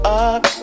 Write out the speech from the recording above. up